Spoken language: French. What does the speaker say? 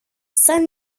saint